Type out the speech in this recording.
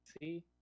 see